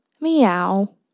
Meow